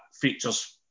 features